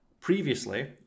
previously